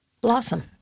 Blossom